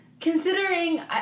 Considering